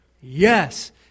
Yes